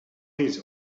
needs